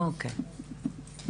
אוקיי.